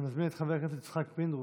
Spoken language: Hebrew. אני מזמין את חבר הכנסת יצחק פינדרוס,